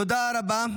תודה רבה.